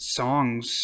songs